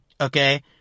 okay